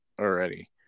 already